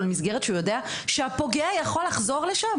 למסגרת שהוא יודע שהפוגע יכול לחזור אליה?